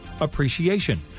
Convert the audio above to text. Appreciation